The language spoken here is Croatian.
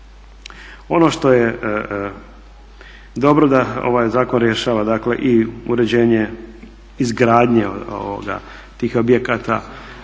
Ono što je dobro da ovaj zakon rješava dakle i uređenje izgradnje tih objekata